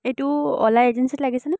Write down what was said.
এইটো অ'লা এজেঞ্চিত লাগিছেনে